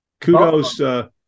kudos